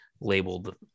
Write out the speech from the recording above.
labeled